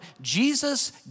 Jesus